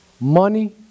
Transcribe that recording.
money